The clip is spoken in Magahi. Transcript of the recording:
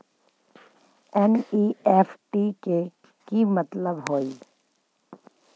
एन.ई.एफ.टी के कि मतलब होइ?